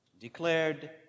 declared